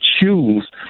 choose